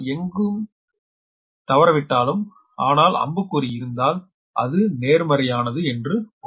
நான் எங்கும் தவறவிட்டாலும் ஆனால் அம்பு இருந்தால் அது நேர்மறையானது என்று பொருள்